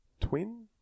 Twin